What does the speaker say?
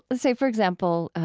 say, for example,